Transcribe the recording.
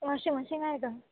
washing machine आहे का